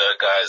guys